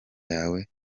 yawe